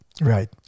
Right